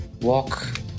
walk